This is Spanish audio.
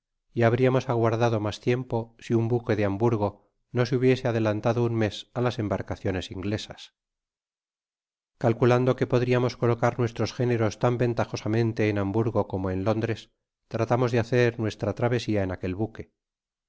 y habriamos aguardado mas tiempo si un buque de hmburgo no se hubiese adelantado un mes á las embarcaciones inglesas calculando que podriamos colocar nuestros géneros tan ventajosamente en hamburgd como en lóndreg tratamos de hacer nuestra tra vesia en aquel buque